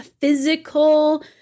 physical